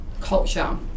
culture